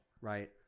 Right